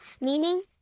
meaning